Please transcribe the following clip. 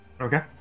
okay